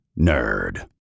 nerd